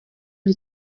ari